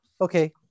Okay